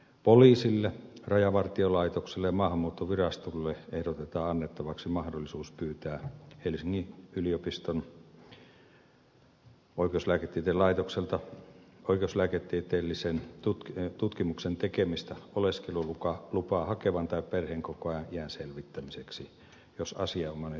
poliisille rajavartiolaitokselle ja maahanmuuttovirastolle ehdotetaan annettavaksi mahdollisuus pyytää helsingin yliopiston oikeuslääketieteen laitokselta oikeuslääketieteellisen tutkimuksen tekemistä oleskelulupaa hakevan tai perheenkokoajan iän selvittämiseksi jos asianomainen suostuu tutkimukseen